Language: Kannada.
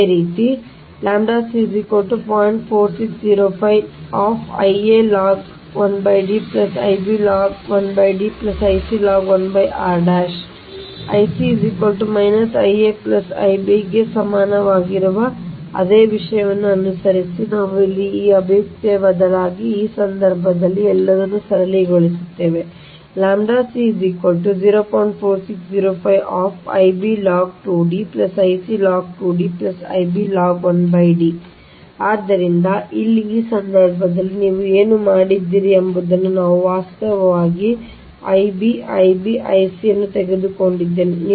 ಅದೇ ರೀತಿ ಏಕೆಂದರೆ I c Ia Ib ಗೆ ಸಮಾನವಾಗಿರುವ ಅದೇ ವಿಷಯವನ್ನು ಅನುಸರಿಸಿ ನಾವು ಇಲ್ಲಿ ಈ ಅಭಿವ್ಯಕ್ತಿಯಲ್ಲಿ ಬದಲಿಯಾಗಿ ಈ ಸಂದರ್ಭದಲ್ಲಿ ನಿಮ್ಮದನ್ನು ಸರಳಗೊಳಿಸುತ್ತೇವೆ ಇಲ್ಲ ಈ ಸಂದರ್ಭದಲ್ಲಿ ʎ ಆದ್ದರಿಂದ ಇಲ್ಲಿ ಈ ಸಂದರ್ಭದಲ್ಲಿ ನೀವು ಏನು ಮಾಡಿದ್ದೀರಿ ಎಂಬುದನ್ನು ನಾವು ವಾಸ್ತವವಾಗಿ ನಿಮ್ಮ I b I b I c ಅನ್ನು ತೆಗೆದುಹಾಕಿದ್ದೇವೆ